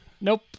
Nope